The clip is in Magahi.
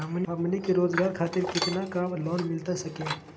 हमनी के रोगजागर खातिर कितना का लोन मिलता सके?